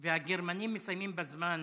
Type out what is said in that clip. והגרמנים מסיימים בזמן